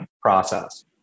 process